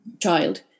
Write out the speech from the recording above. child